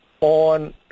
on